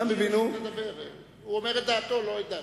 הוא אומר את דעתו, לא את דעתך.